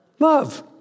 love